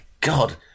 God